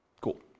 Cool